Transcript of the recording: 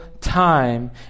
time